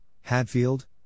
Hadfield